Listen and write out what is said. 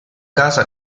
casa